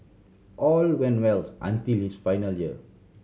all went wells until his final year